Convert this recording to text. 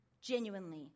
genuinely